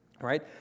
Right